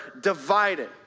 divided